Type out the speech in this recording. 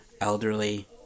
elderly